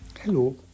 Hello